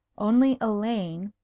only elaine,